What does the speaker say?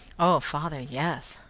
oh, father, yes!